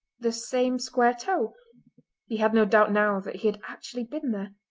the same square toe he had no doubt now that he had actually been there,